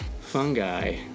fungi